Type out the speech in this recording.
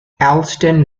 allston